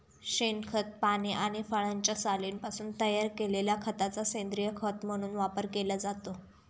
शेणखत, पाने आणि फळांच्या सालींपासून तयार केलेल्या खताचा सेंद्रीय खत म्हणून वापर केला जातो